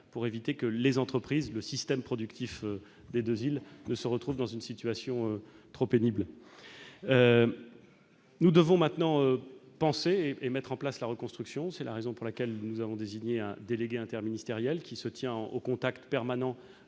pour éviter que les entreprises et le système productif des deux îles ne se retrouvent dans une situation trop pénible. Nous devons maintenant penser et mettre en oeuvre la reconstruction. C'est la raison pour laquelle nous avons désigné un délégué interministériel, qui se tient en contact permanent